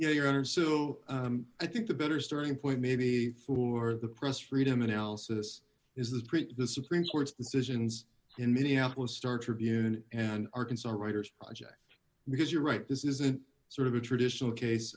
you know your honor so i think a better starting point maybe for the press freedom analysis is this great the supreme court's decisions in minneapolis star tribune and arkansas writers project because you're right this isn't sort of a traditional case